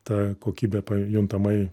ta kokybė juntamai